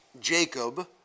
Jacob